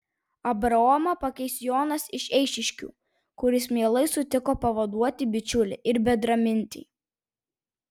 abraomą pakeis jonas iš eišiškių kuris mielai sutiko pavaduoti bičiulį ir bendramintį